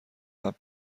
قبل